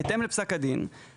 בהתאם לפסק הדין,